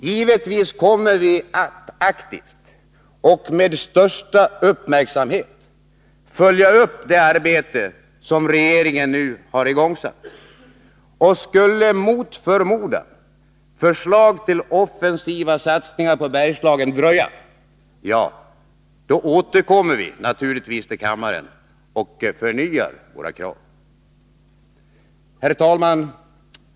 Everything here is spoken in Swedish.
Givetvis kommer vi att aktivt och med största uppmärksamhet följa upp det arbete som regeringen nu har igångsatt. Skulle mot förmodan förslag till offensiva satsningar på Bergslagen dröja, återkommer vi naturligtvis till kammaren och förnyar våra krav. Herr talman!